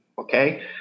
okay